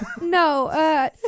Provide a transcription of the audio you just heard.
No